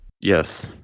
Yes